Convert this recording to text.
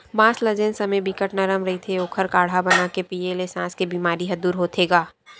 बांस ल जेन समे बिकट नरम रहिथे ओखर काड़हा बनाके पीए ल सास के बेमारी ह दूर होथे गा